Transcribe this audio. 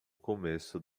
começo